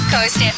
Coast